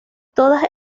todas